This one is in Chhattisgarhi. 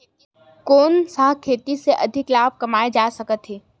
कोन सा खेती से अधिक लाभ कमाय जा सकत हे?